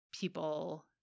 people